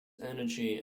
energy